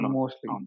mostly